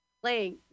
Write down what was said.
playing